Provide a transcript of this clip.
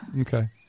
Okay